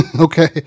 Okay